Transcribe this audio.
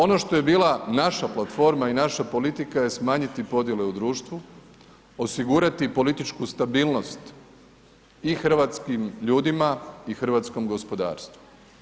Ono što je bila naša platforma i naša politika je smanjiti podjele u društvu, osigurati političku stabilnost i hrvatskim ljudima i hrvatskom gospodarstvu.